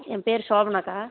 என் பேர் சோபனாக்கா